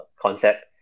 concept